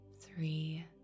three